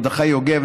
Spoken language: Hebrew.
מרדכי יוגב,